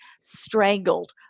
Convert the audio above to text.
strangled